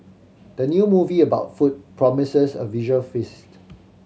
the new movie about food promises a visual feast